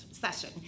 session